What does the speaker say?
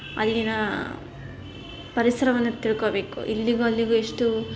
ಅಲ್ಲಿನ ಪರಿಸರವನ್ನು ತಿಳ್ಕೊಬೇಕು ಇಲ್ಲಿಗೂ ಅಲ್ಲಿಗೂ ಎಷ್ಟು